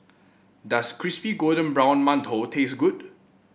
does Crispy Golden Brown Mantou taste good